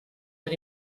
per